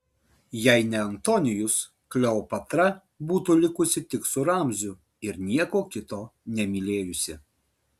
jei ne antonijus kleopatra būtų likusi tik su ramziu ir nieko kito nemylėjusi